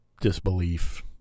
disbelief